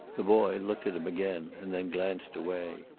the boy looked at him again, and then glanced away.